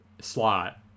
slot